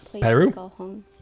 Peru